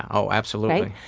oh, absolutely.